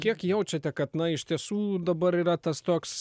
kiek jaučiate kad na iš tiesų dabar yra tas toks